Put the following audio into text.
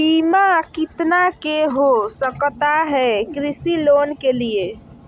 बीमा कितना के हो सकता है कृषि लोन के लिए?